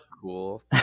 cool